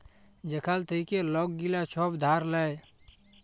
যেখাল থ্যাইকে লক গিলা ছব ধার লেয়